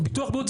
ביטוח בריאות,